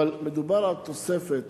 אבל מדובר על תוספת